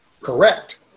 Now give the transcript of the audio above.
Correct